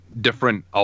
different